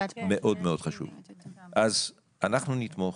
אנחנו נתמוך.